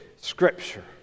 Scripture